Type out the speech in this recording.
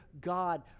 God